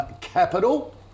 Capital